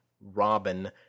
Robin